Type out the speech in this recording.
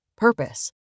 Purpose